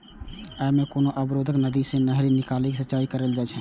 अय मे कोनो अवरुद्ध नदी सं नहरि निकालि सिंचाइ कैल जाइ छै